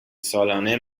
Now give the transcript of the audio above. سالانه